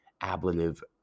ablative